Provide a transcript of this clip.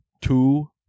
two